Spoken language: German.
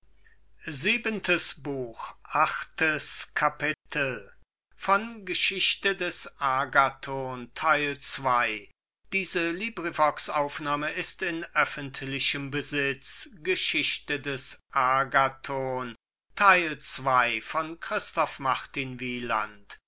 der geschichte des agathon